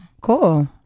cool